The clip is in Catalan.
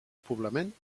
poblament